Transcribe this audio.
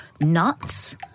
nuts